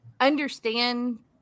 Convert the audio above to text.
understand